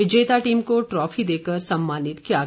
विजेता टीम को ट्रॉफी देकर सम्मानित किया गया